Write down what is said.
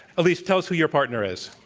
elise, tell us who your partner is.